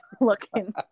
looking